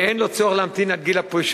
ואין לו צורך להמתין עד גיל הפרישה.